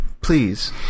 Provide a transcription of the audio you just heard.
Please